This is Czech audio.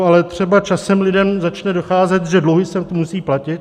Ale třeba časem lidem začne docházet, že dluhy se musí platit.